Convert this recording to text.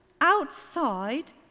outside